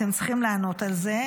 אתם צריכים לענות על זה,